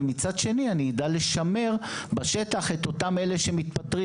ומצד שני אני אדע לשמר בשטח את אותם אלה שמתפטרים.